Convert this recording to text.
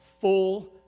full